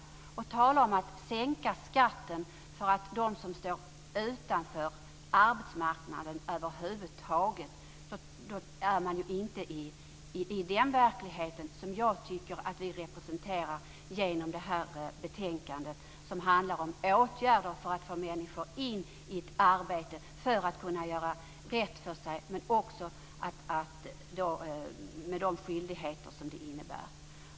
Talar man över huvud taget om att sänka skatten för dem som står utanför arbetsmarknaden är man inte i den verklighet jag tycker att vi representerar genom det här betänkandet. Det handlar om åtgärder för att få in människor i ett arbete för att de ska kunna göra rätt för sig med de skyldigheter som det innebär.